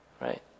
right